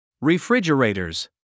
Refrigerators